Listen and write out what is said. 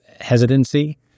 hesitancy